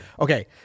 okay